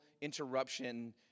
interruption